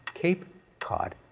cape cod,